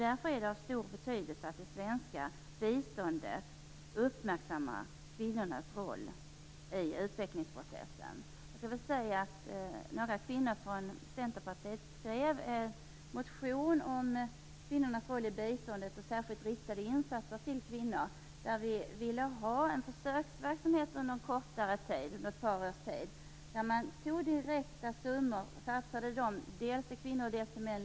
Därför är det av stor betydelse att man i det svenska biståndet uppmärksammar kvinnornas roll i utvecklingsprocessen. Några kvinnor från Centerpartiet har skrivit en motion om kvinnornas roll i biståndet och särskilt riktade insatser till kvinnor. Vi ville ha en försöksverksamhet under ett par års tid där man satsade direkta, lika stora, summor dels på kvinnor, dels på män.